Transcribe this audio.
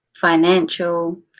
financial